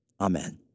amen